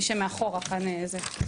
מישהו מאחור כאן, זה.